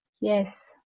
Yes